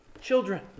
Children